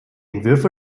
entwürfe